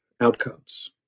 outcomes